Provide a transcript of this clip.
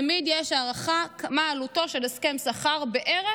תמיד יש הערכה מה עלותו של הסכם שכר בערך,